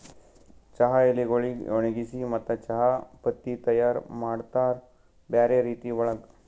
ಚಹಾ ಎಲಿಗೊಳಿಗ್ ಒಣಗಿಸಿ ಮತ್ತ ಚಹಾ ಪತ್ತಿ ತೈಯಾರ್ ಮಾಡ್ತಾರ್ ಬ್ಯಾರೆ ರೀತಿ ಒಳಗ್